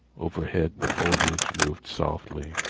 overhead the foliage moved softly.